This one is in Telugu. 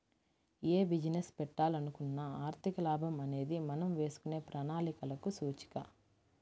యే బిజినెస్ పెట్టాలనుకున్నా ఆర్థిక లాభం అనేది మనం వేసుకునే ప్రణాళికలకు సూచిక